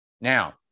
Now